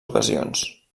ocasions